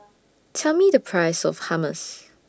Tell Me The Price of Hummus